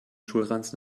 schulranzen